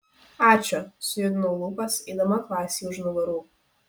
ačiū sujudinau lūpas eidama klasei už nugarų